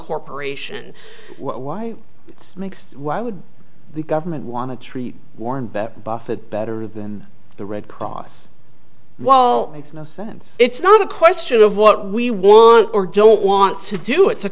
corporation why it makes why would the government want to treat warren bet buffett better than the red cross walt makes no sense it's not a question of what we want or don't want to do it's a